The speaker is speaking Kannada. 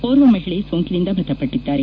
ಓರ್ವ ಮಹಿಳೆ ಸೋಂಕಿನಿಂದ ಮೃತಪಟ್ಟದ್ದಾರೆ